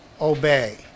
obey